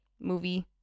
movie